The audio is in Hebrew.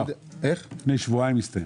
לפני שבועיים זה הסתיים.